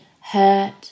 hurt